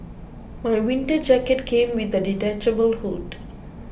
my winter jacket came with a detachable hood